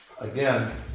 again